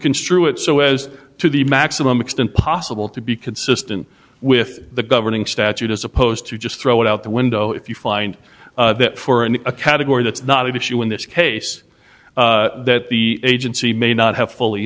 construe it so as to the maximum extent possible to be consistent with the governing statute as opposed to just throw it out the window if you find that four in a category that's not even you in this case that the agency may not have fully